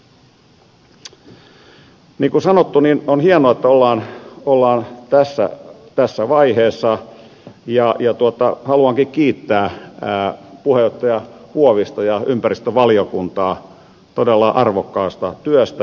niin kuin sanottu on hienoa että ollaan tässä vaiheessa ja haluankin kiittää puheenjohtaja huovista ja ympäristövaliokuntaa todella arvokkaasta työstä